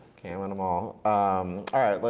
can't win them all. um all right.